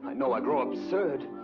know i grow absurd.